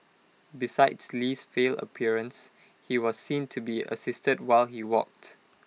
besides Li's frail appearance he was seen to be assisted while he walked